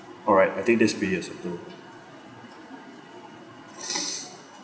all right I think that's pretty acceptable